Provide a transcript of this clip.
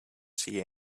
see